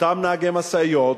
אותם נהגי משאיות,